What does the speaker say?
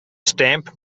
stamp